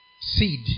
Seed